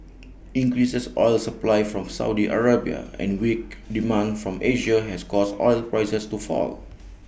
increases oil supply from Saudi Arabia and weak demand from Asia has caused oil prices to fall